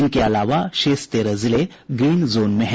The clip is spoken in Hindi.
इनके अलावा शेष तेरह जिले ग्रीन जोन में हैं